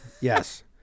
Yes